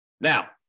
Now